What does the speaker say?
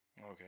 Okay